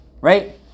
right